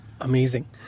Amazing